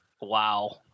wow